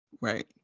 Right